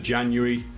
January